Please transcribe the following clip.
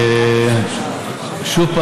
שוב,